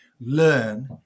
learn